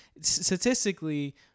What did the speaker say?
statistically